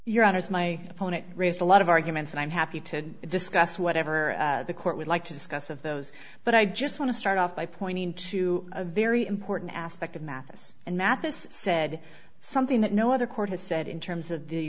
your honor is my opponent raised a lot of arguments and i'm happy to discuss whatever the court would like to discuss of those but i just want to start off by pointing to a very important aspect of mathis and mathis said something that no other court has said in terms of the